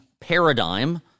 paradigm